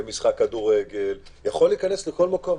למשחק כדורגל יכול להיכנס לכל מקום.